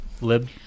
Lib